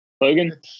Logan